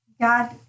God